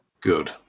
Good